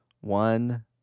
one